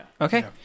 Okay